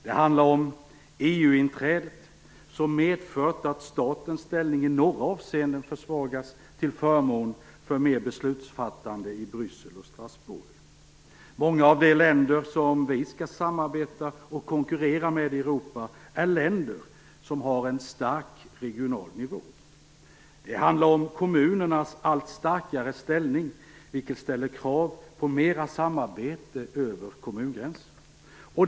Det handlar om EU-inträdet som har medfört att statens ställning i några avseenden försvagats till förmån för mer beslutsfattande i Bryssel och Strasbourg. Många av de länder Sverige skall samarbeta och konkurrera med i Europa är länder som har en stark regional nivå. Det handlar om kommunernas allt starkare ställning som ställer krav på mer samarbete över kommungränserna.